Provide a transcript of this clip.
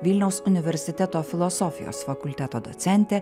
vilniaus universiteto filosofijos fakulteto docentė